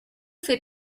fait